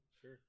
Sure